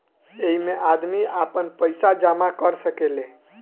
ऐइमे आदमी आपन पईसा जमा कर सकेले